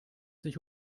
sich